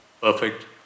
perfect